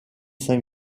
saint